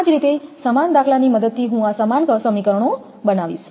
આ જ રીતે સમાન દાખલાની મદદથી હું આ સમાન સમીકરણો બતાવીશ